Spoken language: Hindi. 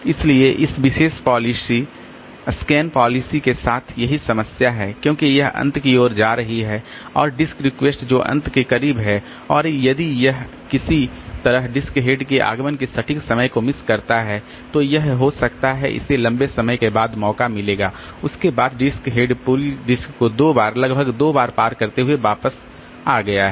इसलिए इस विशेष पालिसी SCAN पालिसी के साथ यही समस्या है क्योंकि यह अंत की ओर जा रही है और डिस्क रिक्वेस्ट जो अंत के करीब हैं और यदि यह किसी तरह डिस्क हेड के आगमन के सटीक समय को मिस करता है तो यह हो सकता है इसे लंबे समय के बाद मौका मिलेगा उसके बाद डिस्क हेड पूरी डिस्क को दो बार लगभग दो बार पार करते हुए वापस आ गया है